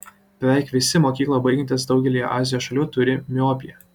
beveik visi mokyklą baigiantys daugelyje azijos šalių turi miopiją